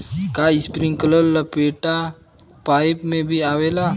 का इस्प्रिंकलर लपेटा पाइप में भी आवेला?